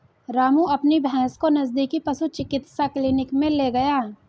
रामू अपनी भैंस को नजदीकी पशु चिकित्सा क्लिनिक मे ले गया